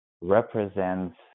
represents